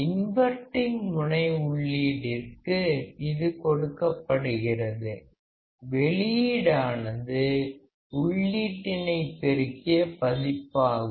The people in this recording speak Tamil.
இன்வர்டிங் முனை உள்ளீட்டிற்கு இது கொடுக்கப்படுகிறது வெளியீடானது உள்ளீட்டினை பெருக்கிய பதிப்பாகும்